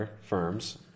firms